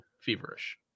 feverish